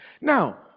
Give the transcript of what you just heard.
Now